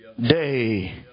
Day